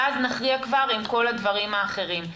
ואז כבר נכריע עם כל הדברים האחרים.